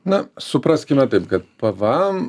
na supraskime taip kad pvm